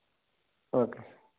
okay